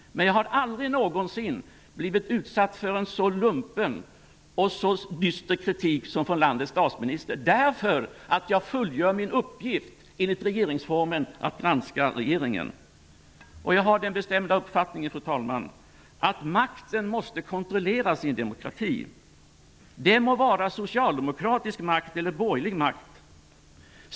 Men jag har aldrig någonsin blivit utsatt för en så lumpen och dyster kritik som från landets statsminister därför att jag fullgör min uppgift enligt regeringsformen, att granska regeringen. Jag har den bestämda uppfattningen, fru talman, att makten måste kontrolleras i en demokrati. Det må vara socialdemokratisk makt eller borgerlig makt.